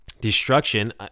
Destruction